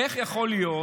איך יכול להיות,